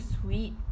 sweet